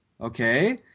Okay